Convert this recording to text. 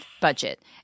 budget